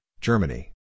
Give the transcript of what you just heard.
Germany